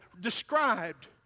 described